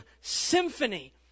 symphony